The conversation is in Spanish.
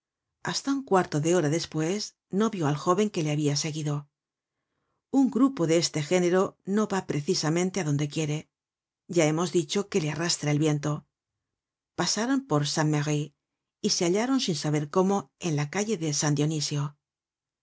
hasta un cuarto de hora despues no vió al jóven que le habia seguido un grupo de este género no va precisamente á donde quiere ya hemos dicho que le arrastra el viento pasaron por san merry y se hallaron sin saber cómo en la calle de san dionisio